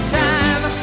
time